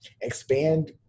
expand